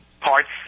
parts